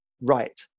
right